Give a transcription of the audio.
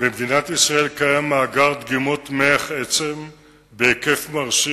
במדינת ישראל קיים מאגר דגימות מוח עצם בהיקף מרשים,